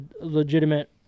legitimate